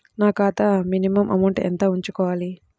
నా ఖాతా minimum amount ఎంత ఉంచుకోవాలి?